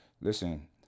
Listen